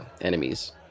enemies